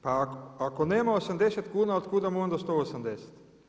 Pa ako nema 80 kuna otkud mu onda 180?